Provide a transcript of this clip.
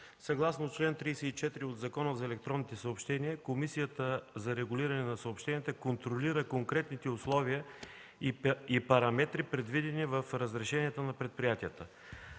съгласно чл. 34 от Закона за електронните съобщения, Комисията за регулиране на съобщенията контролира конкретните условия и параметри, предвидени в разрешението на предприятията.